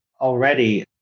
already